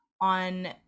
on